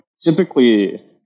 Typically